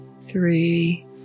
three